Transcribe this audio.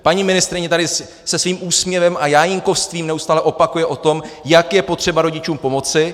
Paní ministryně tady se svým úsměvem a jájínkovstvím neustále opakuje o tom, jak je potřeba rodičům pomoci.